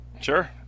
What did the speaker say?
Sure